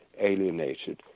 alienated